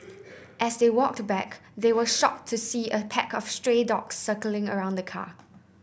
as they walked back they were shocked to see a pack of stray dogs circling around the car